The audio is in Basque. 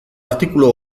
artikulu